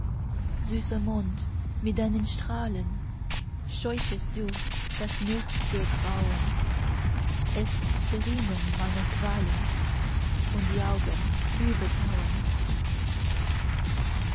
süßer mond mit deinen strahlen scheuchest du das nächtge grauen es zerrinnen meine qualen und die augen übertauen